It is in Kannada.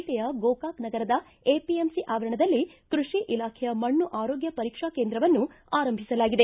ಜಿಲ್ಲೆಯ ಗೋಕಾಕ ನಗರದ ಎಪಿಎಂಸಿ ಆವರಣದಲ್ಲಿ ಕೃಷಿ ಇಲಾಖೆಯ ಮಣ್ಣ ಆರೋಗ್ಯ ಪರೀಕ್ಷಾ ಕೇಂದ್ರವನ್ನು ಆರಂಭಿಸಲಾಗಿದೆ